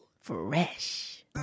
fresh